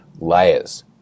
layers